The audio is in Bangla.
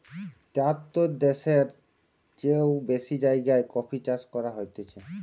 তেয়াত্তর দ্যাশের চেও বেশি জাগায় কফি চাষ করা হতিছে